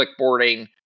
clickboarding